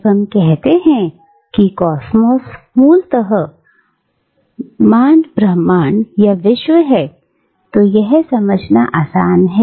जब हम कहते हैं कि कॉसमॉस मूलतः मांड ब्रह्मांड या विश्व है तो यह समझना आसान है